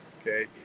okay